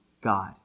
God